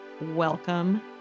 welcome